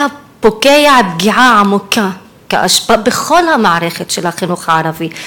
אתה פוגע פגיעה עמוקה בכל מערכת החינוך הערבי,